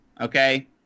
Okay